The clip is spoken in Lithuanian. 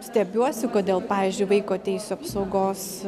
stebiuosi kodėl pavyzdžiui vaiko teisių apsaugos